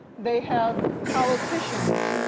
they have politicians,